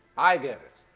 i get it,